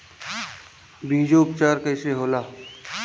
बीजो उपचार कईसे होला?